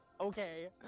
okay